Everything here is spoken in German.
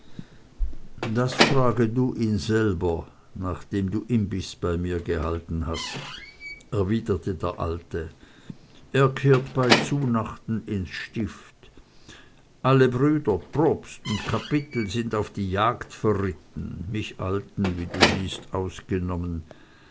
das frage du ihn selber nachdem du imbiß bei mir gehalten hast erwiderte der alte er kehrt bei zunachten ins stift alle brüder probst und kapitel sind auf die jagd verritten mich alten wie du siehst ausgenommen